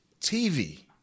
TV